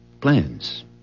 plans